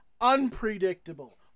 unpredictable